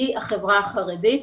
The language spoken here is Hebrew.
היא החברה החרדית,